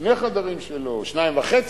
שני החדרים שלו,